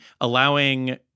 allowing